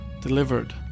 delivered